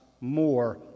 more